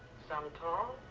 some tall,